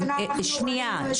אנחנו ראינו --- שנייה.